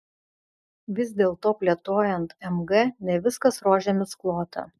vis dėlto plėtojant mg ne viskas rožėmis klota